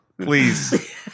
Please